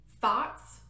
thoughts